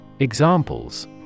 Examples